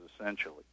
essentially